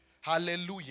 Hallelujah